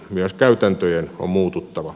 myös käytäntöjen on muututtava